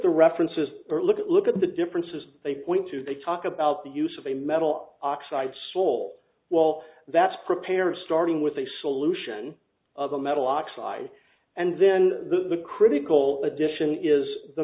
the references or look at look at the differences they point to they talk about the use of a metal oxides small well that's prepared starting with a solution of a metal oxide and then the critical addition is the